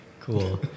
Cool